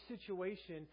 situation